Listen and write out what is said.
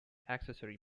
accessory